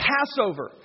Passover